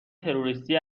تروریستی